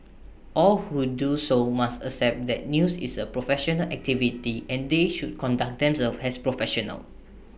all who do so must accept that news is A professional activity and they should conduct themselves as professionals